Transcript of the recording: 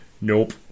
Nope